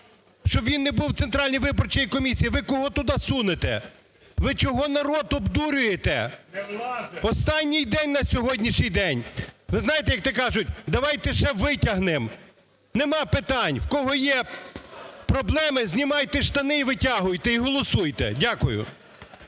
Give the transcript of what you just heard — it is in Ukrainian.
щоб він не був в Центральній виборчій комісії. Ви кого туди сунете? Ви чого народ обдурюєте? Останній день на сьогоднішній день. Ви знаєте, як то кажуть, давайте ще витягнемо. Нема питань, в кого є проблеми, знімайте штани і витягуйте, і